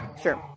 sure